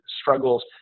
struggles